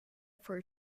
for